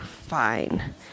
fine